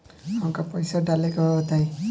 हमका पइसा डाले के बा बताई